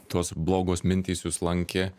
tos blogos mintys jus lankė